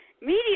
media